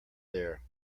there